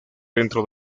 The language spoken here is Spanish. dentro